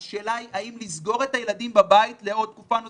אם השאלה היא האם לסגור את הילדים לתקופה נוספת,